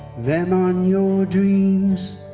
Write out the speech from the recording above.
them on your dreams,